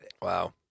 wow